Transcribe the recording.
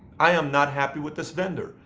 i'm not happy with this vendor.